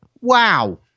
Wow